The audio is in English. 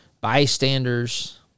bystanders